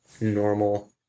normal